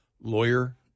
lawyer